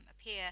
appear